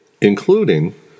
including